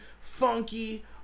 funky